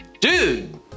dude